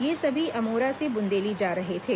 ये सभी अमोरा से बुंदेली जा रहे थे